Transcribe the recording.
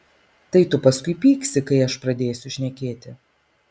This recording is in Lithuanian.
tai tu paskui pyksi kai aš pradėsiu šnekėti